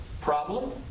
Problem